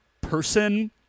person